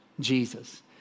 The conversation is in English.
Jesus